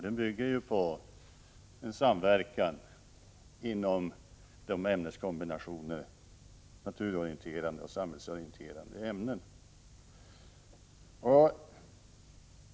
Den bygger på en samverkan mellan ämneskombinationerna i naturorienterande och samhällsorienterande ämnen.